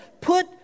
Put